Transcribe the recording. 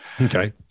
Okay